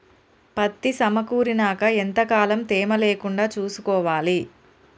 పత్తి సమకూరినాక ఎంత కాలం తేమ లేకుండా చూసుకోవాలి?